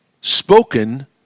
spoken